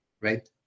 right